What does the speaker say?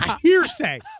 Hearsay